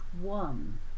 one